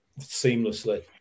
seamlessly